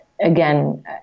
again